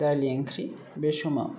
दालि ओंख्रि बे समाव